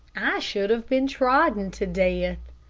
i should have been trodden to death.